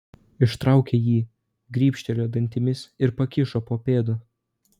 ištraukė jį gribštelėjo dantimis ir pakišo po pėdu